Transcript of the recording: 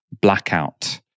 blackout